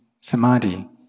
samadhi